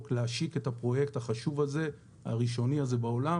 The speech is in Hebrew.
להשיק את הפרויקט החשוב הראשוני בעולם.